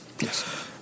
Yes